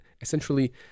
essentially